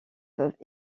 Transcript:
peuvent